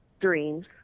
dreams